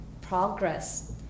progress